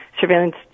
surveillance